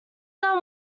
them